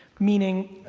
meaning,